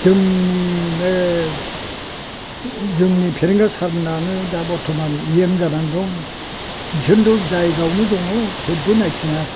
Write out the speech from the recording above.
जोंनि बे जोंनि फेरेंगा सारनानो दा बरथ'मान इ एम जानानै दं बिसोरनोथ' जायगायावनथ' दङ थेवबो नायफिना